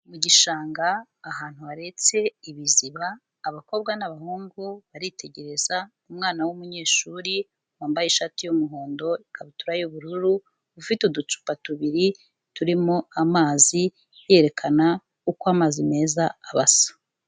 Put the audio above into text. Mu gishanga ahantu haretse ibiziba, abakobwa n'abahungu baritegereza umwana w'umunyeshuri wambaye ishati y'umuhondo, ikabutura y'ubururu, ufite uducupa tubiri turimo amazi, yerekana uko amazi meza aba asa.